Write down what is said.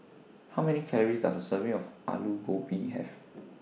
How Many Calories Does A Serving of Aloo Gobi Have